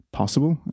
possible